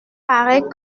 paraît